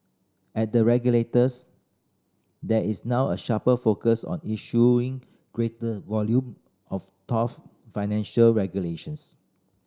at the regulators there is now a sharper focus on issuing greater volume of tough financial regulations